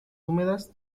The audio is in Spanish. húmedas